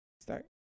start